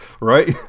Right